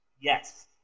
Yes